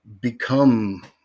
become